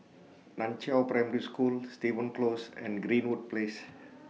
NAN Chiau Primary School Stevens Close and Greenwood Place